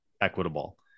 equitable